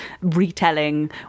retelling